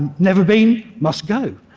never been must go.